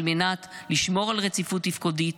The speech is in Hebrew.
על מנת לשמור על רציפות תפקודית,